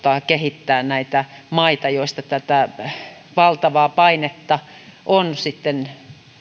kehittää näitä maita joista tätä valtavaa painetta on sitten